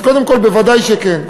אז קודם כול, ודאי שכן.